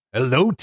Hello